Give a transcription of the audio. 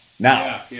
Now